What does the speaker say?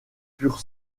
pur